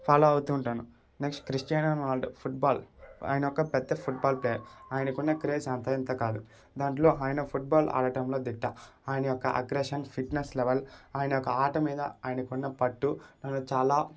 follow అవుతూ ఉంటాను next Cristiano Ronaldo football ఆయనొక పెద్ద ఫుట్బాల్ ప్లేయర్ ఆయనకున్న క్రేజ్ అంతా ఇంతా కాదు దాంట్లో ఆయన ఫుట్బాల్ ఆడటంతో దిట్ట ఆయన యొక్క అగ్రెషన్ ఫిట్నెస్ లెవెల్ ఆయన యొక్క ఆట మీద ఆయనకున్న పట్టు నన్ను చాలా